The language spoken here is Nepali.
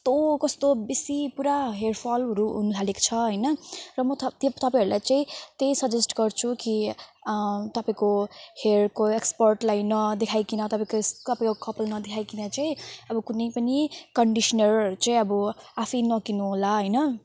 कस्तो कस्तो बेसी पुरा हेयरफलहरू हुनु थालेको छ होइन र म तपाईँहरूलाई चाहिँ त्यही सजेस्ट गर्छु कि तपाईँको हेयरको एक्सपर्टलाई नदेखाईकन तपाईँको कपाल नदेखाईकन चाहिँ अब कुनै पनि कन्डिस्नरहरू चाहिँ अब आफैँ नकिन्नु होला होइन